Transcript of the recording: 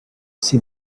see